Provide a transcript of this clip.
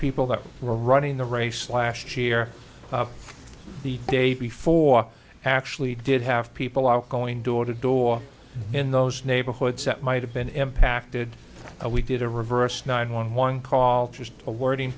people that were running the race last year the day before actually did have people out going door to door in those neighborhoods that might have been impacted we did a reverse nine one one call just awarding